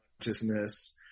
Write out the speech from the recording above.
consciousness